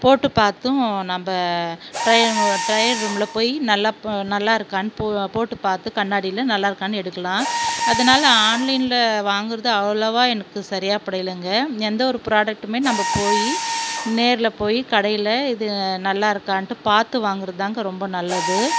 போட்டு பார்த்தும் நம்ம ட ட்ரையல் ரூம்ல போய் நல்லா நல்லா இருக்கான்னு போ போட்டு பார்த்து கண்ணாடியில நல்லா இருக்கான்னு எடுக்கலாம் அதனால் ஆன்லைன்ல வாங்குறது அவ்வளோவா எனக்கு சரியாக படலைங்க எந்த ஒரு ப்ராடெக்ட்டுமே நம்ம போய் நேரில் போய் கடையில் இது நல்லா இருக்கான்ட்டு பார்த்து வாங்குறது தாங்க ரொம்ப நல்லது